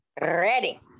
ready